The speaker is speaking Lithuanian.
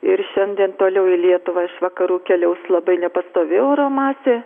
ir šiandien toliau į lietuvą iš vakarų keliaus labai nepastovi oro masė